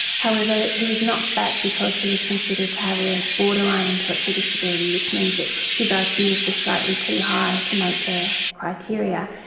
however, he was knocked back because he was considered to have a borderline intellectual disability which means that his ah iq was just slightly too high to make their criteria.